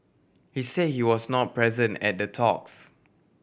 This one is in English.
he said he was not present at the talks